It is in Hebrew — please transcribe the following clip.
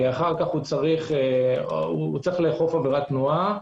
אחר כך הוא צריך לאכוף עבירת תנועה,